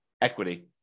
equity